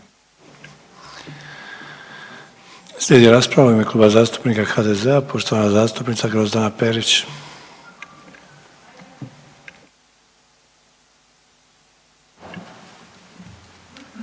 rasprava u ime Kluba zastupnika HDZ-a poštovana zastupnica Grozdana Perić.